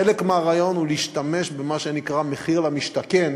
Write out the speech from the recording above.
חלק מהרעיון הוא להשתמש במה שנקרא מחיר למשתכן